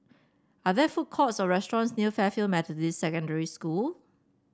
are there food courts or restaurants near Fairfield Methodist Secondary School